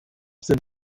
sind